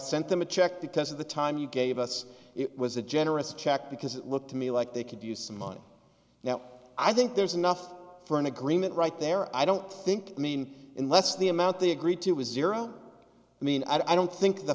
sent them a check because of the time you gave us it was a generous check because it looked to me like they could use some money now i think there's enough for an agreement right there i don't think i mean unless the amount they agreed to was zero i mean i don't think the